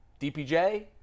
DPJ